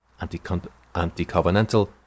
anti-covenantal